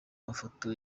mafoto